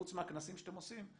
חוץ מהכנסים שאתם עושים,